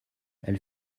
elle